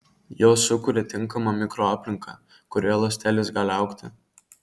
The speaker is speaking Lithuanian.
jos sukuria tinkamą mikroaplinką kurioje ląstelės gali augti